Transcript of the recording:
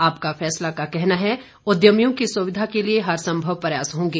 आपका फैसला का कहना है उद्यमियों की सुविधा के लिए हरसंभव प्रयास होंगे